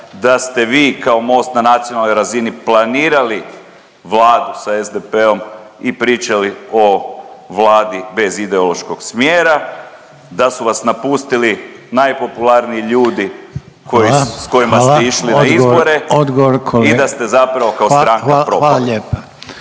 da ste vi kao Most na nacionalnoj razini planirali vladu sa SDP-om i pričali o vladi bez ideološkog smjera, da su vas napustili najpopularniji ljudi koji … .../Upadica: Hvala. Hvala.